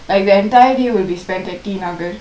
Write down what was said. like the entire day will be spent at t nagar